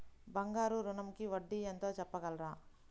బంగారు ఋణంకి వడ్డీ ఎంతో చెప్పగలరా?